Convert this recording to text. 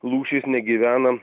lūšys negyvena